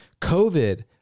COVID